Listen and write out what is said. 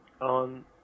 on